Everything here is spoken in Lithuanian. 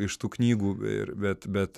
iš tų knygų ir bet bet